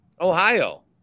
Ohio